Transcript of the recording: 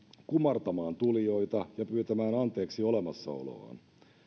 kumartamaan tulijoita ja pyytämään anteeksi olemassaoloaan